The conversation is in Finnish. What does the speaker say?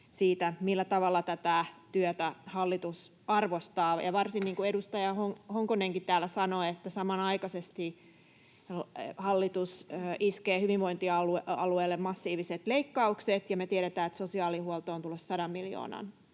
millä tavalla tätä työtä hallitus arvostaa. Varsinkin kun — niin kuin edustaja Honkonenkin täällä sanoi — samanaikaisesti hallitus iskee hyvinvointialueelle massiiviset leikkaukset ja me tiedetään, että sosiaalihuoltoon on tulossa sadan miljoonan